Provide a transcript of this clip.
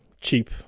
cheap